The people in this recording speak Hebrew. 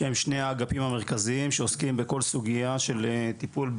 שהם שני האגפים המרכזיים שעוסקים בכל סוגייה של טיפול.